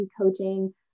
Coaching